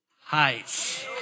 Heights